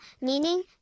meaning